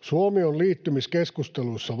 Suomi on liittymiskeskusteluissa